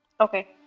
Okay